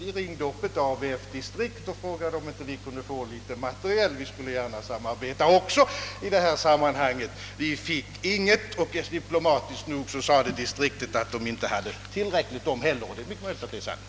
Vi ringde upp ett ABF distrikt och frågade om vi inte kunde få litet material, ty vi skulle också gärna samarbeta. Vi fick inget material. På vederbörande distriktsexpedition sade man diplomatiskt nog att man där inte hade tillräckligt material. Det är mycket möjligt att det var sant.